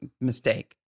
mistake